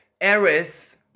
Eris